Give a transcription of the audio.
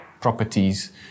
properties